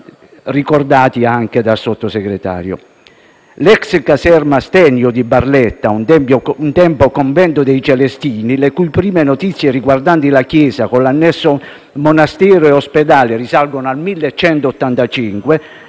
ricordati anche dal Sottosegretario: l'*ex* caserma Stennio di Barletta, un tempo convento dei Celestini, le cui prime notizie riguardanti la chiesa con l'annesso monastero e ospedale risalgono al 1185,